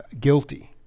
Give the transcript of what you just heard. guilty